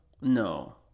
No